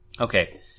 Okay